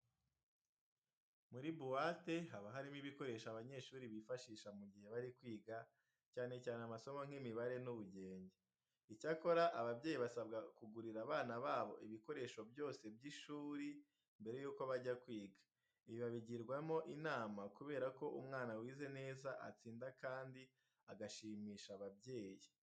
Muri buwate haba harimo ibikoresho abanyeshuri bifashisha mu gihe bari kwiga cyane cyane amasomo nk'imibare n'ubugenge. Icyakora ababyeyi basabwa kugurira abana babo ibikoresho byose by'ishuri mbere yuko bajya kwiga. Ibi babigirwano inama kubera ko umwana wize neza atsinda kandi agashimisha ababyeyi.